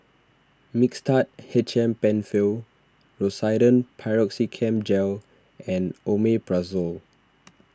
Mixtard H M Penfill Rosiden Piroxicam Gel and Omeprazole